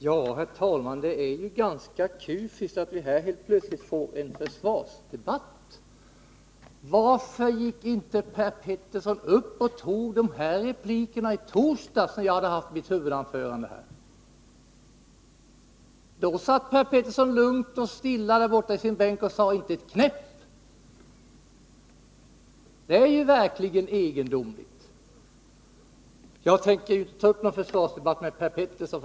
Herr talman! Det är ganska kufiskt att vi här helt plötsligt får en försvarsdebatt. Varför gick inte Per Petersson upp och tog de här replikerna när jag hade haft mitt huvudanförande i torsdags? Då satt Per Petersson lugn och stilla borta i sin bänk och sade inte ett knäpp. Det är verkligen egendomligt. Men jag tänker inte ta upp någon försvarsdebatt med Per Petersson.